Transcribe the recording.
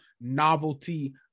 novelty